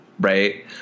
Right